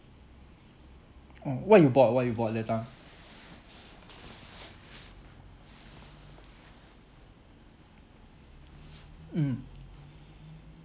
mm what you bought what you bought that time mmhmm